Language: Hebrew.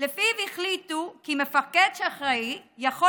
ולפיו החליטו כי מפקד שאחראי יכול